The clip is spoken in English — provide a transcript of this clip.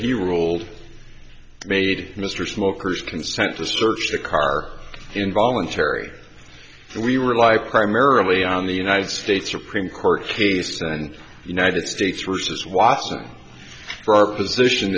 he ruled made mr smokers consent to search the car involuntary we rely primarily on the united states supreme court case and united states versus watson for our position